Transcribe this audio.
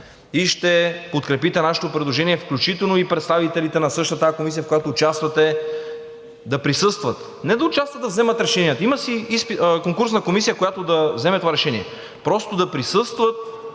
ще подкрепите нашето предложение, включително и представителите на същата тази комисия, в която участвате, да присъстват. Не да участват, да вземат решения – има си конкурсна комисия, която да вземе това решение, просто да присъстват